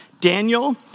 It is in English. Daniel